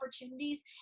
opportunities